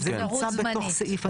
נבצרות זמנית.